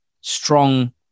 strong